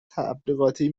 تبلیغاتی